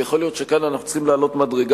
ויכול להיות שכאן אנחנו צריכים לעלות מדרגה.